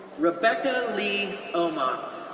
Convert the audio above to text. rebecca leigh ohnmacht,